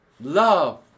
love